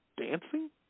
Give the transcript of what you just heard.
dancing